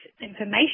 information